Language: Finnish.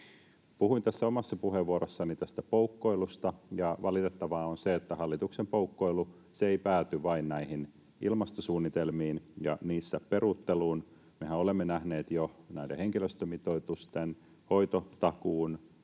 Puhuin omassa puheenvuorossani tästä poukkoilusta, ja valitettavaa on se, että hallituksen poukkoilu ei pääty vain näihin ilmastosuunnitelmiin ja niissä peruutteluun. Mehän olemme nähneet sen jo näiden henkilöstömitoitusten, hoitotakuun